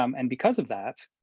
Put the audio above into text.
um and because of that,